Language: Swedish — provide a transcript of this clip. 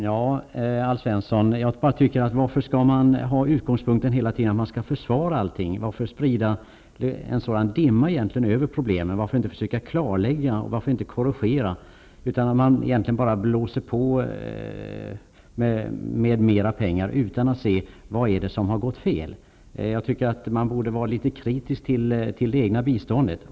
Fru talman! Alf Svensson, varför skall man ha utgångspunkten att försvara allting? Varför sprida en sådan dimma över problemen? Varför inte försöka klarlägga och korrigera? Man blåser bara på med mera pengar utan att se efter vad det är som har gått fel. Jag tycker att man borde vara litet kritisk när det gäller biståndet.